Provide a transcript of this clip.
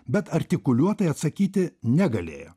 bet artikuliuotai atsakyti negalėjo